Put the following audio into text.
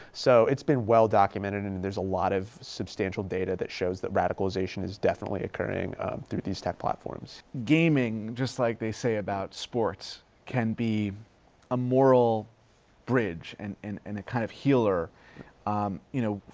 so it's been well documented and there's a lot of substantial data that shows that radicalization is definitely occurring through these tech platforms. heffner gaming, just like they say about sports, can be a moral bridge and and and a kind of healer you know,